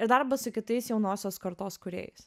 ir darbas su kitais jaunosios kartos kūrėjais